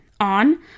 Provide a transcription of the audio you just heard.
on